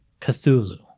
Cthulhu